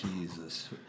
Jesus